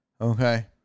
Okay